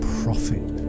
profit